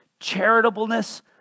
Charitableness